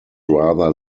rather